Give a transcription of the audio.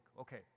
Okay